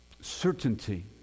certainty